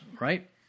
right